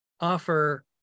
offer